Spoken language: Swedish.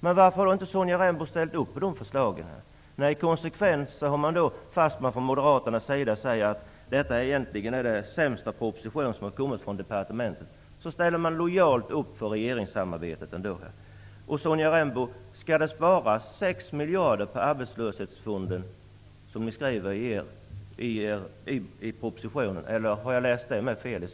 Varför har inte Sonja Rembo ställt upp på de förslagen? Fast man från Moderaterna säger att propositionen egentligen är den sämsta som har kommit från departementet ställer man lojalt upp för regeringssamarbetet. Arbetslöshetsfonden, som det skrivs i propositionen, Sonja Rembo, eller har jag läst fel?